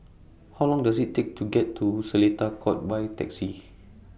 How Long Does IT Take to get to Seletar Court By Taxi